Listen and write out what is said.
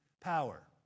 power